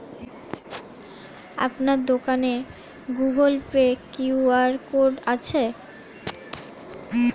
আপনার দোকানে Google Pay QR code আছে?